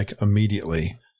immediately